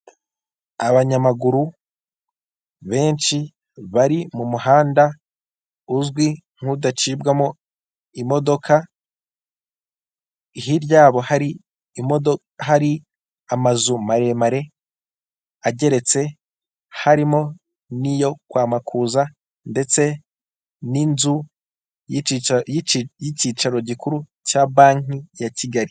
Abantu barimo kugenda n'amaguru, mu muhanda utajya unyurwamo n'imodoka. Bakikijwe n'amagorofa, arimo iyo kwa Makuza ndetse n'iy'inyubako y'icyicaro cya Banki ya Kigali.